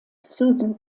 susan